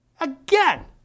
Again